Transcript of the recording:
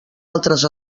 altres